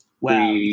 Wow